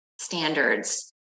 standards